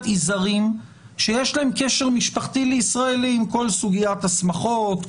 היא זרים שיש להם קשר משפחתי לישראלים כל סוגיית השמחות,